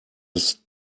des